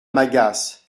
m’agace